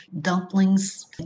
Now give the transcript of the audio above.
dumplings